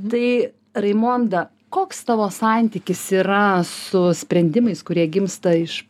tai raimonda koks tavo santykis yra su sprendimais kurie gimsta iš